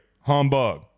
Humbug